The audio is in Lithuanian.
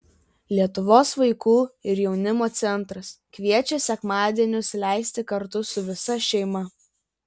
lietuvos vaikų ir jaunimo centras kviečia sekmadienius leisti kartu su visa šeima